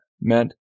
meant